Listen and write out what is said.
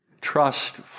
Trust